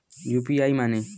UPI माने?